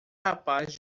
rapaz